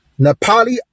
Nepali